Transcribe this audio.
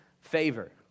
favor